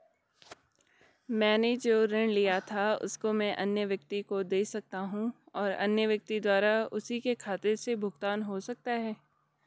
मैंने जो ऋण लिया था उसको मैं अन्य व्यक्ति को दें सकता हूँ और अन्य व्यक्ति द्वारा उसी के खाते से भुगतान हो सकता है?